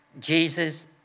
Jesus